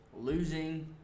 losing